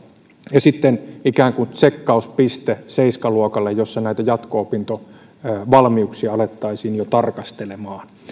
ja sitten ikään kuin tsekkauspiste seiskaluokalla jossa näitä jatko opintovalmiuksia alettaisiin jo tarkastelemaan